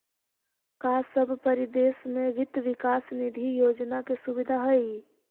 का सब परदेश में वित्त विकास निधि योजना के सुबिधा हई?